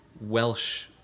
Welsh